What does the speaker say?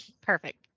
perfect